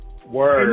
Word